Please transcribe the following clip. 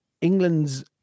England's